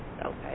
Okay